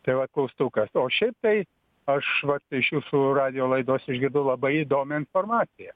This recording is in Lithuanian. tai vat klaustukas o šiaip tai aš vat iš jūsų radijo laidos išgirdau labai įdomią informaciją